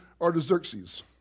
Artaxerxes